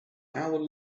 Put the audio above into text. hour